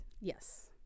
Yes